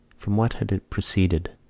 from what had it proceeded?